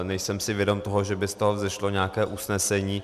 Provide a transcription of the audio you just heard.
Nejsem si vědom toho, že by z toho vzešlo nějaké usnesení.